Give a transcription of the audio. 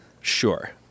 sure